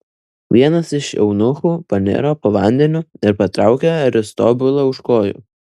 vienas iš eunuchų paniro po vandeniu ir patraukė aristobulą už kojų